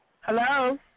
Hello